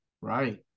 right